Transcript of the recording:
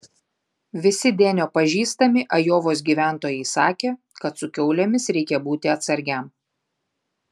visi denio pažįstami ajovos gyventojai sakė kad su kiaulėmis reikia būti atsargiam